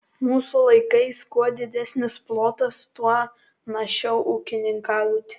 mūsų laikais kuo didesnis plotas tuo našiau ūkininkauti